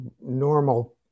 normal